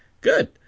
Good